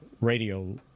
radio